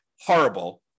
horrible